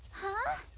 huh